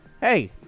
Hey